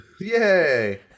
Yay